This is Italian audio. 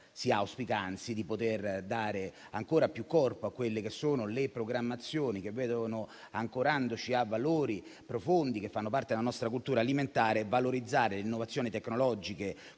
Si auspica, anzi, di poter dare ancora più corpo alle programmazioni che vedono, ancorandoci a valori profondi che fanno parte della nostra cultura alimentare, valorizzare le innovazioni tecnologiche,